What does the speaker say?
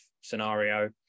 scenario